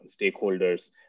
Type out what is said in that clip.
stakeholders